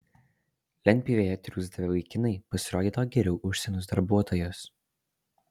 lentpjūvėje triūsdavę vaikinai pasirodydavo geriau už senus darbuotojus